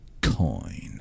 coin